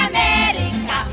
America